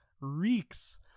reeks